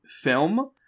film